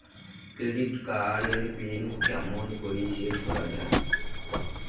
Credit card এর PIN কেমন করি সেট করা য়ায়?